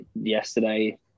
yesterday